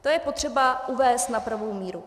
To je potřeba uvést na pravou míru.